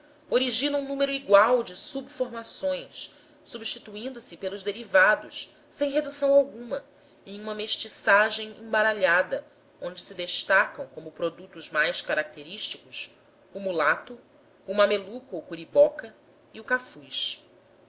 desdobram se originam número igual de subformações substituindo se pelos derivados sem redução alguma em uma mestiçagem embaralhada onde se destacam como produtos mais característicos o mulato o mameluco ou curiboca e o cafuz